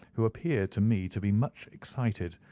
who appeared to me to be much excited,